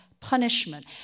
punishment